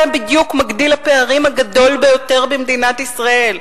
זהו מגדיל הפערים הגדול ביותר במדינת ישראל.